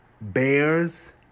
Bears